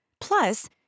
Plus